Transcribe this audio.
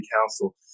council